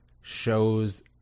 shows